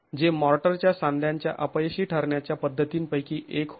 जेथे मॉर्टरच्या सांध्यांच्या अपयशी ठरण्याच्या पद्धतींपैकी एक होती